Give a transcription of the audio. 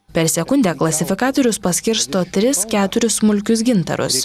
per sekundę klasifikatorius paskirsto tris keturis smulkius gintarus